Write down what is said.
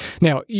Now